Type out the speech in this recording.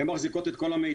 הן מחזיקות את כל המידע.